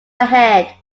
ahead